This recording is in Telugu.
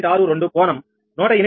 62 కోణం 108